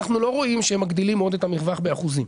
אנחנו לא רואים שהם מגדילים עוד את המרווח באחוזים.